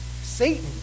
Satan